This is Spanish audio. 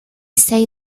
seis